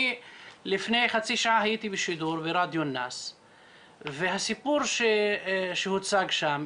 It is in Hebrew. לפני חצי שעה אני הייתי בשידור ברדיו אינאס והסיפור שהוצג שם,